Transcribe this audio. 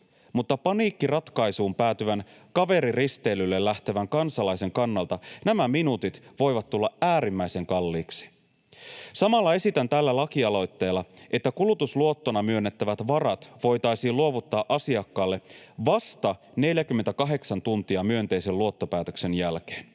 mutta paniikkiratkaisuun päätyvän kaveriristeilylle lähtevän kansalaisen kannalta nämä minuutit voivat tulla äärimmäisen kalliiksi. Samalla esitän tällä lakialoitteella, että kulutusluottona myönnettävät varat voitaisiin luovuttaa asiakkaalle vasta 48 tuntia myönteisen luottopäätöksen jälkeen.